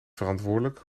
verantwoordelijk